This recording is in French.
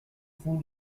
fond